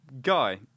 guy